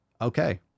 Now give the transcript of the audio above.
Okay